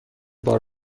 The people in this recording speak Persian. بار